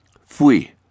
fui